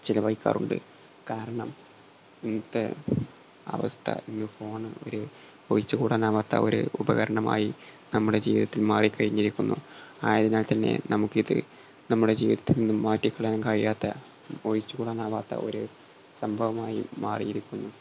ചിലവഴിക്കാറുണ്ട് കാരണം ഇന്നത്തെ അവസ്ഥ ഇന്ന് ഫോൺ ഒരു ഒഴിച്ചു കൂടാനാകാത്ത ഒരു ഉപകരണമായി നമ്മുടെ ജീവിതത്തിൽ മാറിക്കഴിഞ്ഞിരിക്കുന്നു ആയതിനാൽ തന്നെ നമുക്കിത് നമ്മുടെ ജീവിതത്തിൽ നിന്നും മാറ്റിക്കളയാൻ കഴിയാത്ത ഒഴിച്ച് കൂടാനാകാത്ത ഒരു സംഭവമായി മാറിയിരിക്കുന്നു